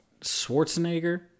Schwarzenegger